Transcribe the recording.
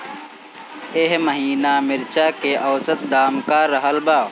एह महीना मिर्चा के औसत दाम का रहल बा?